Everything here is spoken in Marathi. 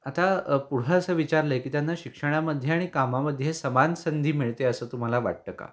आता पुढं असं विचारलं आहे की त्यांना शिक्षणामध्ये आणि कामामध्ये समान संधी मिळते असं तुम्हाला वाटतं का